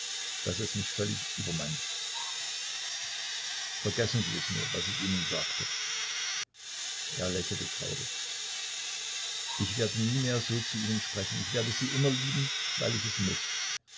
daß es mich völlig übermannt vergessen sie es nur was ich ihnen sagte er lächelte traurig ich werde nie mehr so zu ihnen sprechen ich werde sie immer lieben weil ich es muß